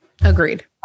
Agreed